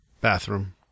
bathroom